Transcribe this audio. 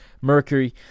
Mercury